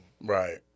Right